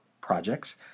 projects